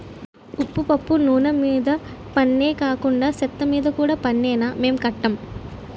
ఉప్పు పప్పు నూన మీద పన్నే కాకండా సెత్తమీద కూడా పన్నేనా మేం కట్టం